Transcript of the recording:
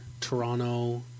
Toronto